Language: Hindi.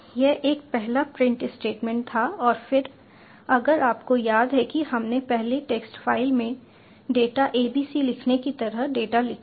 यह एक पहला प्रिंट स्टेटमेंट था और फिर अगर आपको याद है कि हमने पहले टेक्स्ट फाइल में डेटा abc लिखने की तरह डेटा लिखा था